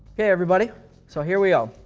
hey, everybody so here we go.